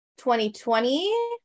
2020